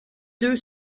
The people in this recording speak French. deux